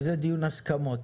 וזה דיון הסכמות.